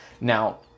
now